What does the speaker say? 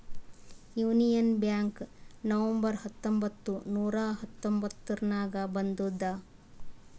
union bank November ಹತ್ತೊಂಬತ್ತ್ ನೂರಾ ಹತೊಂಬತ್ತುರ್ನಾಗ್ ಬಂದುದ್